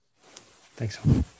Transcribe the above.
Thanks